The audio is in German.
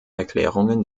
erklärungen